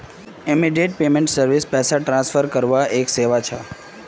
immediate payment service पैसा transfer करवार एक सेवा छ